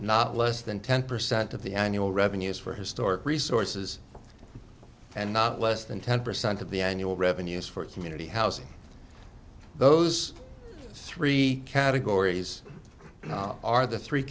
not less than ten percent of the annual revenues for historic resources and not less than ten percent of the annual revenues for community housing those three categories are the three